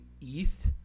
East